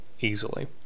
easily